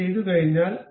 അത് ചെയ്തുകഴിഞ്ഞാൽ